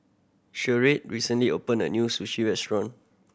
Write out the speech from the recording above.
Sharde recently opened a new Sushi Restaurant